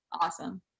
Awesome